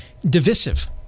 divisive